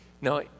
Now